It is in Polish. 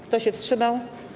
Kto się wstrzymał?